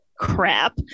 crap